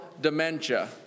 Dementia